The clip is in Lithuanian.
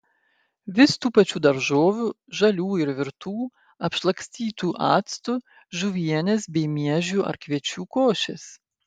vis tų pačių daržovių žalių ir virtų apšlakstytų actu žuvienės bei miežių ar kviečių košės